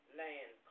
land